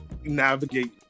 navigate